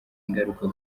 ingaruka